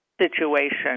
situation